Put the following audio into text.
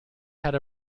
had